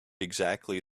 exactly